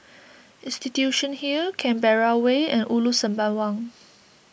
Institution Hill Canberra Way and Ulu Sembawang